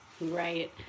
Right